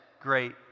great